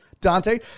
Dante